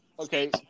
Okay